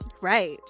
Right